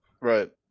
Right